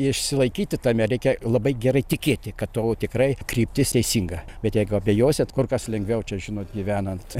išsilaikyti tame reikia labai gerai tikėti kad tavo tikrai kryptis teisinga bet jeigu abejosit kur kas lengviau čia žinot gyvenant